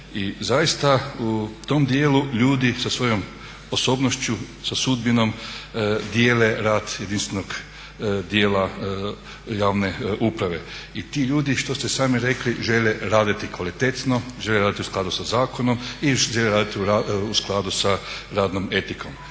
I zaista u tom dijelu ljudi sa svojom osobnošću, sa sudbinom dijele rad jedinstvenog dijela javne uprave. I ti ljudi što ste sami rekli žele raditi kvalitetno, žele raditi u skladu sa zakonom i žele raditi u skladu sa radnom etikom.